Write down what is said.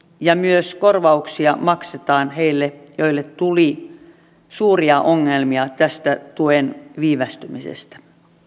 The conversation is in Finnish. ja myös korvauksia maksetaan heille joille tuli suuria ongelmia tästä tuen viivästymisestä